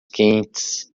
quentes